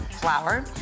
flour